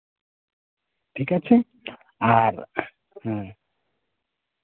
ᱴᱷᱤᱠ ᱟᱪᱷᱮ ᱟᱨ